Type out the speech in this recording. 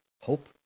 hope